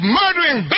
murdering